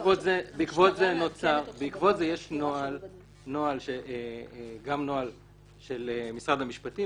בעקבות זה יש נוהל גם של משרד המשפטים